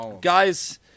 Guys